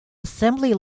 assembly